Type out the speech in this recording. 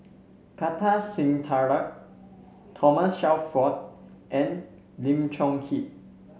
Kartar Singh Thakral Thomas Shelford and Lim Chong Keat